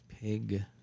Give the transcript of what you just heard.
pig